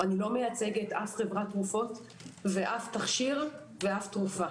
אני לא מייצגת אף חברת תרופות ואף תכשיר ואף תרופה.